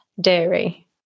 dairy